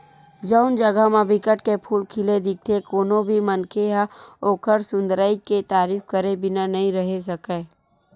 जउन जघा म बिकट के फूल खिले दिखथे कोनो भी मनखे ह ओखर सुंदरई के तारीफ करे बिना नइ रहें सकय